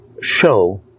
show